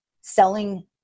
selling